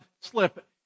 slip